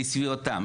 לסביבתם,